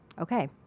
okay